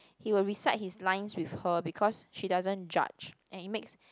he will recite his lines with her because she doesn't judge and it makes